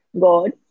God